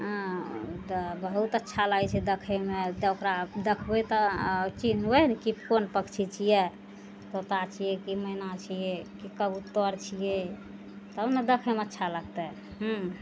हँ तऽ बहुत अच्छा लागय छै देखयमे तऽ ओकरा देखबय तऽ चिन्हबय ने कि कोन पक्षी छियै तोता छियै की मैना छियै की कबूतर छियै तब ने देखयमे अच्छा लगतइ